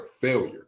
failure